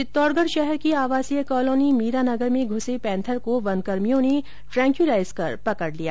चित्तौड़गढ़ शहर की आवासीय कॉलोनी मीरा नगर में घूसे पेंथर को वनकर्मियों ने ट्रेकोलाइज कर पकड लिया